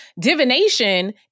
Divination